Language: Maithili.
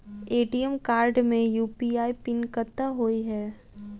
ए.टी.एम कार्ड मे यु.पी.आई पिन कतह होइ है?